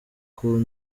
cool